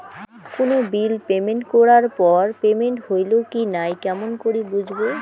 কোনো bill payment করার পর পেমেন্ট হইল কি নাই কেমন করি বুঝবো?